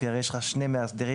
כי יש לך שני מאסדרים.